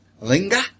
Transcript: Linga